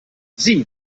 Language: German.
sie